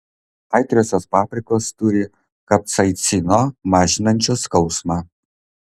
aitriosios paprikos turi kapsaicino mažinančio skausmą